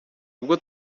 ubwo